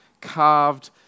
carved